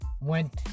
went